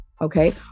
okay